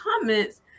comments